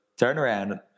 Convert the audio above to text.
turnaround